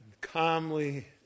calmly